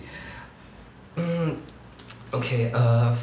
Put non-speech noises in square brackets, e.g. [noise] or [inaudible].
[breath] mm okay err